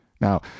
now